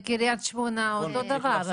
בקריית שמונה זה אותו הדבר גם שם,